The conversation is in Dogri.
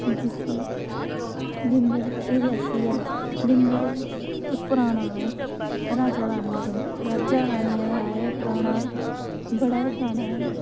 जिसी भीमगढ़ एह् रियासी भीमगढ़ एह् पराना एह् राजा रानिया राजा रानिया दा पराना बड़ा गै पराना ऐ